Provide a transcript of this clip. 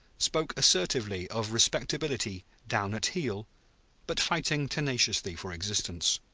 spoke assertively of respectability down-at-the-heel but fighting tenaciously for existence.